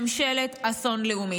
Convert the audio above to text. ממשלת אסון לאומית.